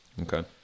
Okay